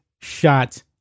shot